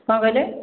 କ'ଣ କହିଲେ